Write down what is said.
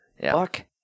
fuck